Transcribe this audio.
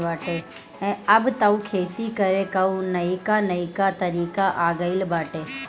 अब तअ खेती करे कअ नईका नईका तरीका आ गइल बाटे